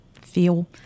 feel